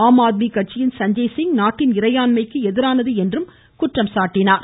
ஆம் ஆத்மி கட்சியின் சஞ்சய் சிங் நாட்டின் இறையாண்மைக்கு எதிரானது என்று குற்றம் சாட்டினார்